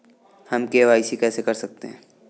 हम के.वाई.सी कैसे कर सकते हैं?